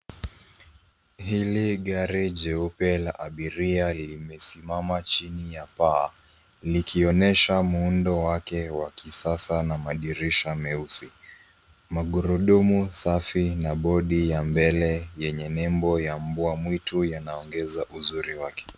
Hili gari jeupe la abiria limesimama chini ya paa, likionyesha muundo wake wa kisasa na madirisha meusi. Magurudumu safi na nembo ya mbele yenye mbwa mwitu yanaongeza uzuri wake.